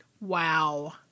Wow